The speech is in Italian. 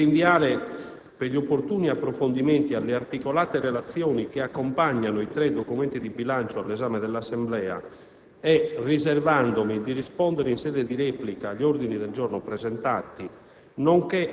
Nel rinviare per gli opportuni approfondimenti alle articolate relazioni che accompagnano i tre documenti di bilancio all'esame dell'Assemblea e riservandomi di esprimermi in sede di replica sugli ordini del giorno presentati,